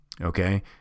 okay